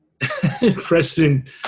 President